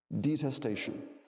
detestation